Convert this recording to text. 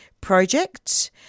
Project